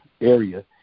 area